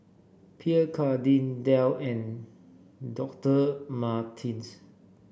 Pierre Cardin Dell and Doctor Martens